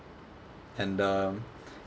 and uh